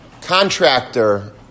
contractor